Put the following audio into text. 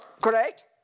Correct